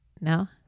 No